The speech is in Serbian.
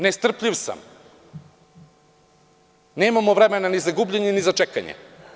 Nestrpljiv sam, nemamo vremena ni za gubljenje, ni za čekanje.